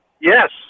Yes